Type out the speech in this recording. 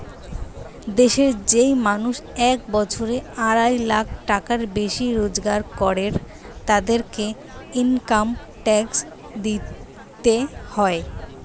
দেশের যেই মানুষ এক বছরে আড়াই লাখ টাকার বেশি রোজগার করের, তাদেরকে ইনকাম ট্যাক্স দিইতে হয়